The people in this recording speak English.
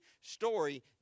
story